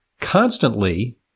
constantly